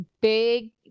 big